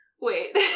Wait